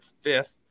fifth